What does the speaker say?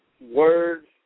words